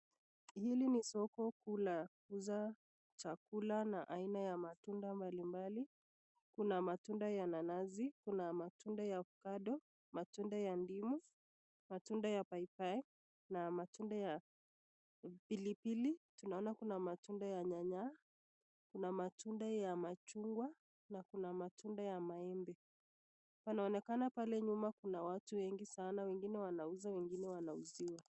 Hili ni soko kuu la kuuza chakula na aina ya matunda mbalimbali, kuna matunda ya nanasi, kuna matunda ya avocado, matunda ta ndimu, tunda ya paipai, na matunda ya pilipili, tunaona matunda ya nyanya, kuna matunda ya machungwa, kuna matunda yabmaembe, kunaonekana pale nyuma kuna watu wengi sana, wengine wanauza wengine wanauziwa.